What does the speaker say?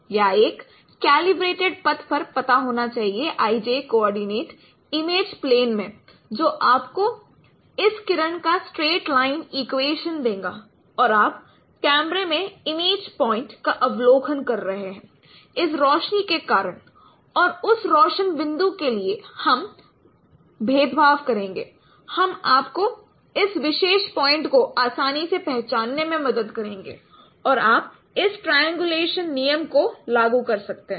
या एक कैलिब्रेटेड पथ पर पता होना चाहिए i j के कोओर्डिनेट इमेज प्लेन में जो आपको इस किरण का स्ट्रेट लाइन इक्वेशन देगा और आप कैमरे में इमेज पॉइंट का अवलोकन कर रहे हैं इस रोशनी के कारण और उस रोशन बिंदु के लिए हम भेदभाव करेंगे हम आपको इस विशेष पॉइंट को आसानी से पहचानने में मदद करेंगे और आप इस ट्राईएंगूलेशन नियम को लागू कर सकते हैं